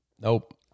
nope